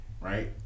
right